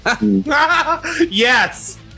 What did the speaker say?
Yes